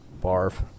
Barf